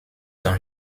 dans